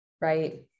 Right